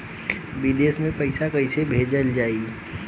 विदेश में पईसा कैसे भेजल जाई?